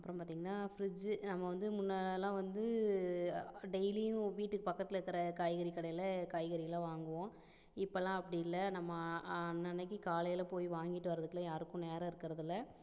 அப்புறம் பார்த்தீங்கன்னா ஃபிரிட்ஜ் நம்ம வந்து முன்னலாம் வந்து டெய்லியும் வீட்டுக்கு பக்கத்தில் இருக்கிற காய்கறி கடையில் காய்கறிலாம் வாங்குவோம் இப்பல்லாம் அப்படி இல்லை நம்ம அன்ன அன்னைக்கி காலையில் போய் வாங்கிட்டு வரதுக்குலாம் யாருக்கும் நேரம் இருக்குறதில்லை